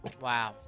Wow